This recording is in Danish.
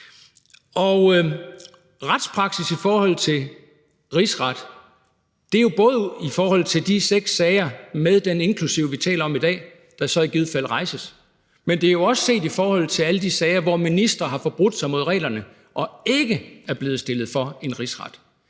retspraksis i forhold til rigsretssager er jo både set i forhold til de seks sager, inklusive den, vi taler om i dag, hvis den rejses, men jo også set i forhold til alle de sager, hvor ministre har forbrudt sig mod reglerne og ikke er blevet stillet for en rigsret.